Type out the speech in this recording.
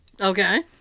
Okay